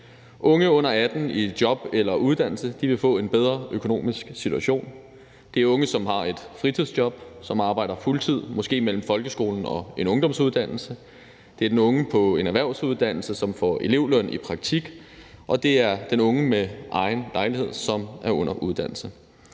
Unge under 18 år i job eller uddannelse vil få en bedre økonomisk situation. Det er unge, som har et fritidsjob, eller som arbejder fuldtid, måske mellem folkeskolen og en ungdomsuddannelse. Det er den unge på en erhvervsuddannelse, som får elevløn i praktik, og det er den unge med egen lejlighed, som er under uddannelse.